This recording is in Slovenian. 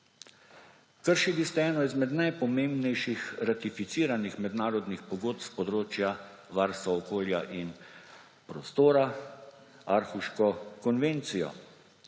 Kršili ste eno izmed najpomembnejših ratificiranih mednarodnih pogodb s področja varstva okolja in prostora, Aarhuško konvencijo